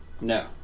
No